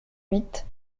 huit